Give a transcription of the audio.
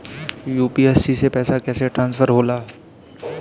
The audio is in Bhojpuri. यू.पी.आई से पैसा कैसे ट्रांसफर होला?